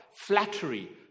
flattery